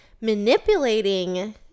manipulating